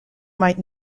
might